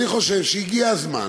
אני חושב שהגיע הזמן